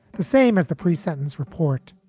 the same as the presentence report.